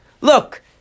Look